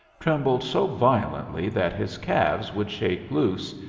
trembled so violently that his calves would shake loose,